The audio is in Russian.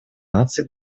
наций